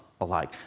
alike